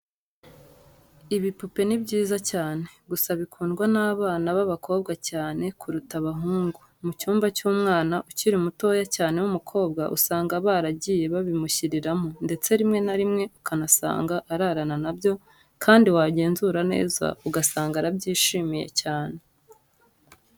Ibipupe ni byiza cyane, gusa bikundwa n'abana b'abakobwa cyane kuruta abahungu. Mu cyumba cy'umwana ukiri mutoya cyane w'umukobwa usanga baragiye babimushyiriramo ndetse rimwe na rimwe ukanasanga ararana na byo kandi wagenzura neza ugasanga arabyishimiye cyane.